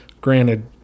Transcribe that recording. Granted